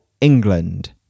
England